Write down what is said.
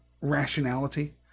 rationality